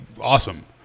awesome